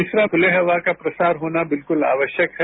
तीसरा खुले हवा वय प्रसार होना बिल्कूल आवश्यक है